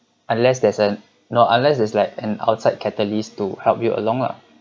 unless there's an no unless there's like a outside catalyst to help you along lah